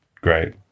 great